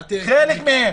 חלק מהם.